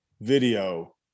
video